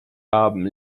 haben